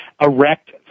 erect